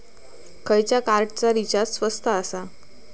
खयच्या कार्डचा रिचार्ज स्वस्त आसा?